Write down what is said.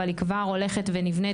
אבל היא כבר הולכת ונבנית,